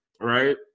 right